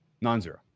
non-zero